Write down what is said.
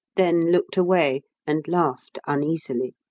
then looked away and laughed uneasily.